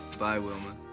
bye, wilma.